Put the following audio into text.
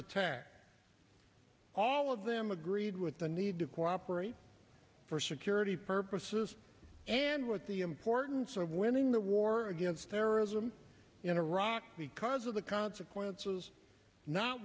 attack all of them agreed with the need to cooperate for security purposes and with the importance of winning the war against terrorism in iraq because of the consequences not